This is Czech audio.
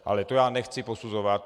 Ale to já nechci posuzovat.